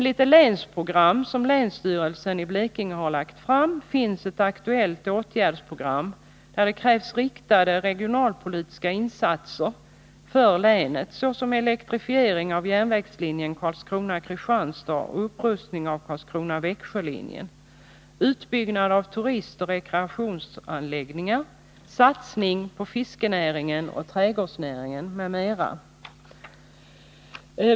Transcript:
I det länsprogram som länsstyrelsen i Blekinge har lagt fram finns ett aktuellt åtgärdsprogram, där det krävs riktade regionalpolitiska insatser för länet, såsom elektrifiering av järnvägslinjen Karlskrona-Kristianstad och upprustning av Karlskrona-Växjö-linjen, utbyggnad av turistoch rekreationsanläggningar, satsning på fiskerinäringen och trädgårdsnäringen m.m.